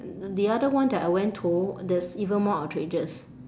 the other one that I went to there's even more outrageous